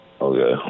Okay